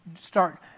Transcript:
start